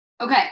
Okay